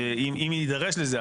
אם יידרש לזה,